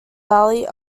valley